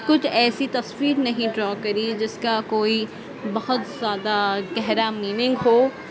کچھ ایسی تصویر نہیں ڈرا کری جس کا کوئی بہت زیادہ گہرا میننگ ہو